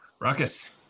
Ruckus